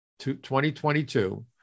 2022